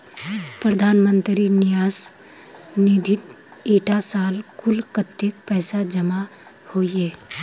प्रधानमंत्री न्यास निधित इटा साल कुल कत्तेक पैसा जमा होइए?